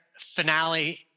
finale